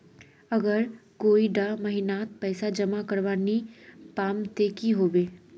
अगर कोई डा महीनात पैसा जमा करवा नी पाम ते की होबे?